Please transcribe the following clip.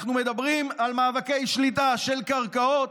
אנחנו מדברים על מאבקי שליטה על קרקעות,